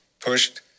pushed